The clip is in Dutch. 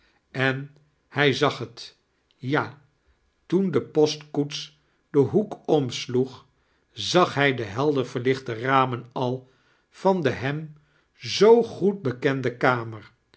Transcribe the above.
en hij zag het ja toen de postkoets den haek omsloeg zag hij de helder verlichte mmen al van de hem zoo goed bekende kamer